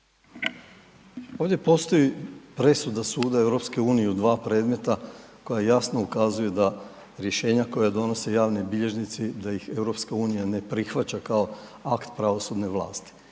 Ovdje postoji presuda suda EU u dva predmeta koja jasno ukazuju da rješenja koja donose javni bilježnici da ih EU ne prihvaća kao akt pravosudne vlasti.